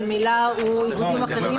ממילא הוא עם גופים אחרים.